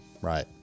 Right